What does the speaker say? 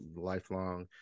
lifelong